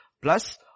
plus